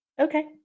Okay